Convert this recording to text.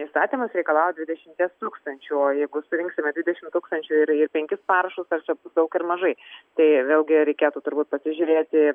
įstatymas reikalauja dvidešimties tūkstančių o jeigu surinksime dvidešim tūkstančių ir ir penkis parašus ar čia bus daug ar mažai tai vėlgi reikėtų turbūt pasižiūrėti